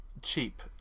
Cheap